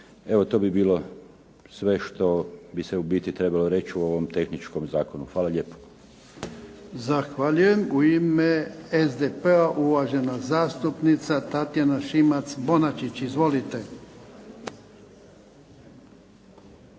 Evo to bi bilo sve što bi se u biti trebalo reći o ovom tehničkom zakonu. Hvala lijepa.